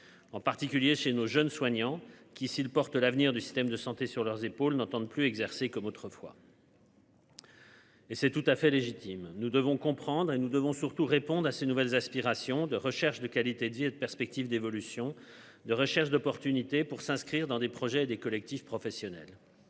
en particulier chez nos jeunes soignants qui s'il porte l'avenir du système de santé sur leurs épaules n'entendent plus exercer comme autrefois. Et c'est tout à fait légitime. Nous devons comprendre et nous devons surtout répondre à ces nouvelles aspirations, de recherche de qualité de vie et de perspectives d'évolution de recherche d'opportunités pour s'inscrire dans des projets des collectifs professionnels.